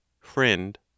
FRIEND